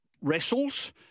wrestles